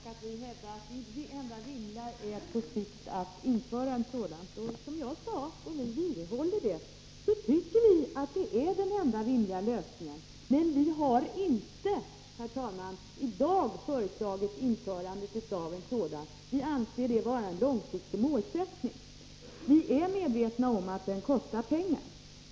Herr talman! Ralf Lindström tog ånyo upp vår uppfattning att det enda rimliga på sikt är att införa studielön. Sora jag sade — och jag vidhåller det — tycker vi att det är den enda rimliga lösningen, men vi har i dag inte föreslagit införande av en sådan. Vi betraktar det som en långsiktig målsättning. Vi är medvetna om att det kostar pengar.